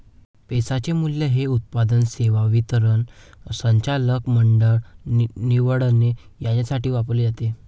पैशाचे मूल्य हे उत्पादन, सेवा वितरण, संचालक मंडळ निवडणे यासाठी वापरले जाते